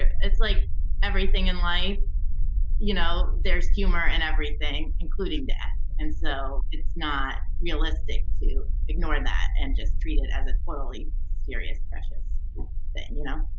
it's like everything in life you know there is humor and everything in, including death, and so it's not realistic to ignore that and just treat it as a totally serious, precious thing, you know.